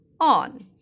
on